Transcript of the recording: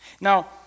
Now